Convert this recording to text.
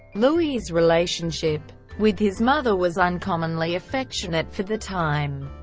louis' relationship with his mother was uncommonly affectionate for the time.